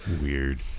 Weird